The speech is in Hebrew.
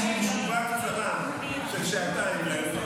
יש לי תשובה קצרה של שעתיים.